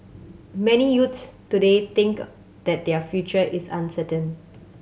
many youths today think that their future is uncertain